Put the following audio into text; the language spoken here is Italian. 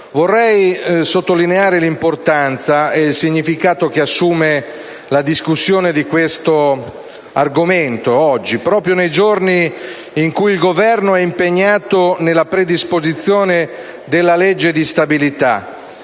vorrei sottolineare l'importanza e il significato che assume la discussione di questo argomento oggi, proprio nei giorni in cui il Governo è impegnato nella predisposizione della legge di stabilità,